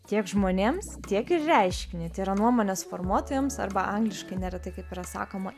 tiek žmonėms tiek ir reiškiniui tai yra nuomonės formuotojams arba angliškai neretai kaip yra sakoma